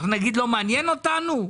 אנחנו נגיד לא מעניין אותנו?